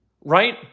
right